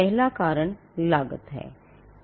पहला कारण लागत है